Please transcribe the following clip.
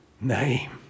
name